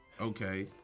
Okay